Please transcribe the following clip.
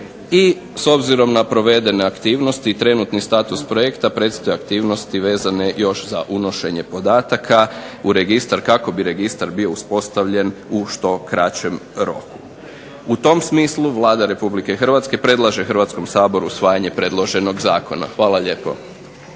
i s obzirom na provedene aktivnosti trenutni status projekta predstoje aktivnosti vezane još za unošenje podataka u registar kako bi registar bio uspostavljen u što kraćem roku. U tom smislu Vlada Republike Hrvatske predlaže Hrvatskom saboru usvajanje predloženog zakona. Hvala lijepo.